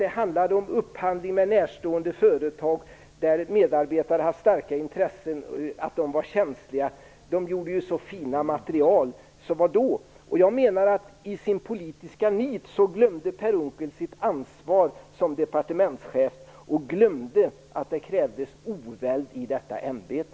Det handlade om upphandling med närstående företag där medarbetare hade starka intressen. Det var känsligt, men de gjorde ju så fint material - så vadå? I sitt politiska nit glömde Per Unckel, menar jag, sitt ansvar som departementschef. Han glömde också att det krävdes oväld i detta ämbete.